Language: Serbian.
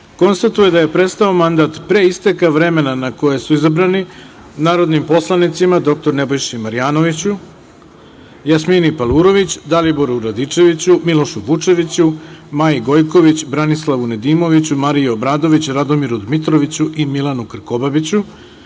konstatuje da je prestao mandat, pre isteka vremena na koji su izabrani, narodnim poslanicima dr Nebojši Marjanoviću, Jasmini Palurović, Daliboru Radičeviću, Milošu Vučeviću, Maji Gojković, Branislavu Nedimoviću, Mariji Obradović, Radomiru Dmitroviću i Milanu Krkobabiću,